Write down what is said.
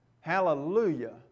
Hallelujah